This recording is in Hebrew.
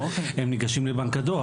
הם ניגשים לבנק הדואר.